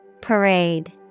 Parade